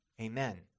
amen